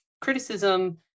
criticism